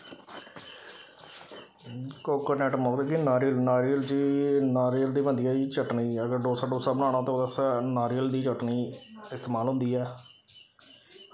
coconut मतलब कि नारियल नारियल जी नारियल दी बनदी ऐ जी चटनी अगर डोसा डूसा बनाना होऐ ते ओह्दे आस्तै नारियल दी चटनी इस्तमाल होंदी ऐ